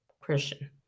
Christian